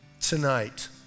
Tonight